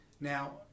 now